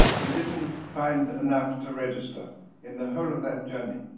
we didn't find enough to register in the whole of that journey.